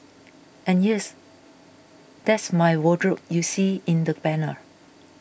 and yes that's my wardrobe you see in the banner